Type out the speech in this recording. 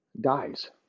dies